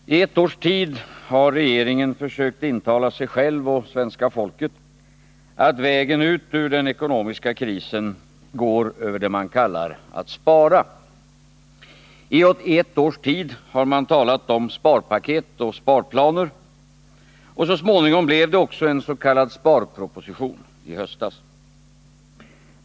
Herr talman! I ett års tid har regeringen försökt intala sig själv och svenska folket att vägen ut ur den ekonomiska krisen går över det man kallar att spara. I ett års tid har man talat om sparpaket och sparplaner. Och så småningom blev det också ens.k. sparproposition, i höstas.